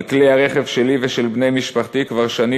על כלי הרכב שלי ושל בני משפחתי כבר שנים